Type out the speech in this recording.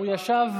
נתת שני תאריכים,